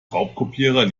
raubkopierer